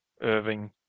Irving